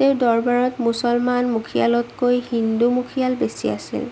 তেওঁৰ দৰবাৰত মুছলমান মুখিয়ালতকৈ হিন্দু মুখিয়াল বেছি আছিল